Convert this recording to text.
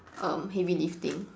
um heavy lifting